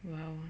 !wow!